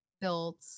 built